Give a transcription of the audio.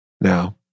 Now